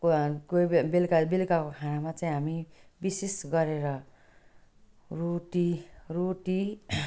कोही कोही बेलुका बेलुकाको खानामा चाहिँ हामी विशेष गरेर रोटी रोटी